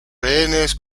rehenes